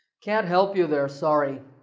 can't help you there, sorry.